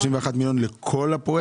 31 מיליון לכל הפרויקט?